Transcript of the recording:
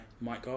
Mike